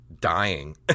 dying